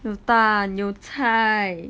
有蛋有菜